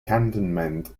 cantonment